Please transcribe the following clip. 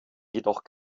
jedoch